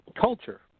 culture